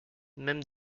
même